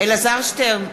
אלעזר שטרן,